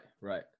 right